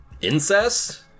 Incest